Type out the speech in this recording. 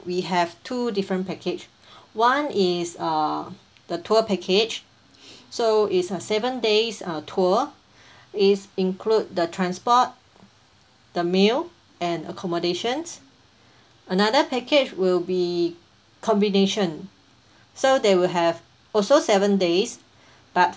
we have two different package one is err the tour package so it's a seven days uh tour it's include the transport the meal and accommodations another package will be combination so they will have also seven days but